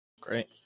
Great